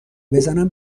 بزنم